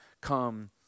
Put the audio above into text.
come